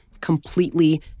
completely